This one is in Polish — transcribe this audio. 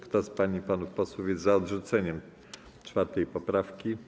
Kto z pań i panów posłów jest za odrzuceniem 4. poprawki,